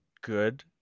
good